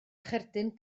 cherdyn